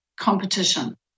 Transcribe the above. competition